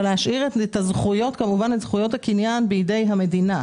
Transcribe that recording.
אבל להשאיר את זכויות הקניין בידי המדינה.